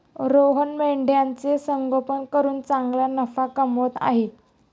रोहन मेंढ्यांचे संगोपन करून चांगला नफा कमवत आहे